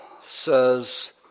says